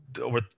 over